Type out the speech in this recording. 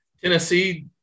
Tennessee